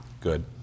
good